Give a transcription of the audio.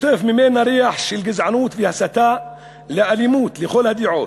נודף מהם ריח של גזענות והסתה לאלימות לכל הדעות.